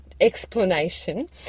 explanation